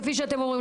כפי שאתם אומרים.